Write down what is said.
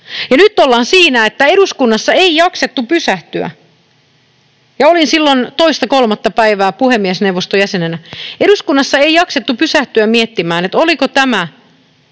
Ja nyt ollaan siinä, että eduskunnassa ei jaksettu pysähtyä — olin silloin toista tai kolmatta päivää puhemiesneuvoston jäsenenä — miettimään, oliko tämä